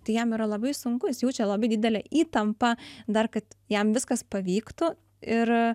tai jam yra labai sunku jis jaučia labai didelę įtampą dar kad jam viskas pavyktų ir